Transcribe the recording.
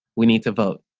we need to vote,